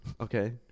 Okay